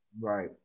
Right